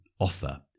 offer